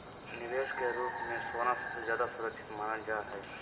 निवेश के रूप मे सोना सबसे ज्यादा सुरक्षित मानल जा हय